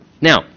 Now